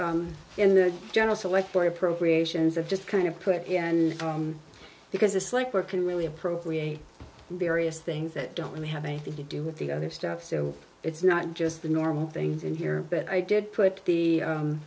in the general select for appropriations of just kind of put in because it's like working really appropriate various things that don't really have anything to do with the other stuff so it's not just the normal things in here but i did put the